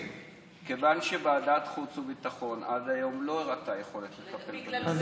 מכיוון שוועדת החוץ והביטחון עד היום לא הראתה יכולת לטפל בזה,